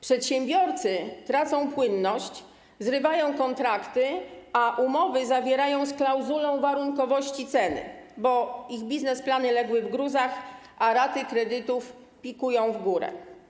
Przedsiębiorcy tracą płynność, zrywają kontrakty, a umowy zawierają z klauzulą warunkowości ceny, bo ich biznesplany legły w gruzach, a raty kredytów pikują w górę.